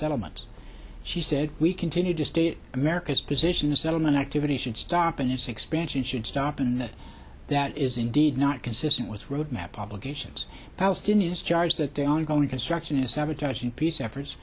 settlements she said we continue to state america's position the settlement activity should stop and its expansion should stop and that is indeed not consistent with roadmap obligations palestinians charge that the ongoing construction is sabotage the peace efforts